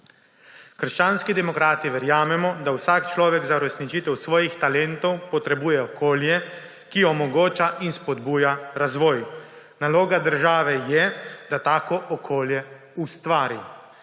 Krščanski demokrati verjamemo, da vsak človek za uresničitev svojih talentov potrebuje okolje, ki omogoča in spodbuja razvoj. Naloga države je, da tako okolje ustvari.